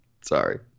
sorry